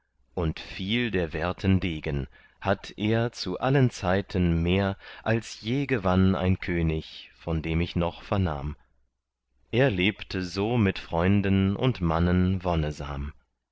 und viel der werten degen hatt er zu allen zeiten mehr als je gewann ein könig von dem ich noch vernahm er lebte so mit freunden und mannen wonnesam